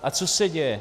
A co se děje?